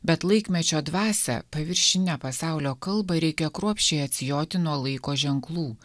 bet laikmečio dvasią paviršinę pasaulio kalbą reikia kruopščiai atsijoti nuo laiko ženklų